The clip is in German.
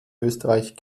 österreich